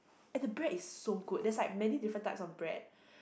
and the bread is so good there's like many different types of bread